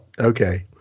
okay